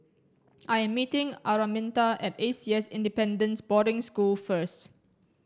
I'm meeting Araminta at A C S Independent Boarding School first